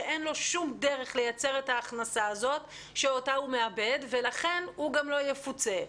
שאין לו שום דרך לייצר את ההכנסה הזאת ולכן הוא גם לא יפוצה.